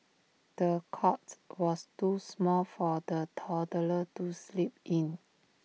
the cot was too small for the toddler to sleep in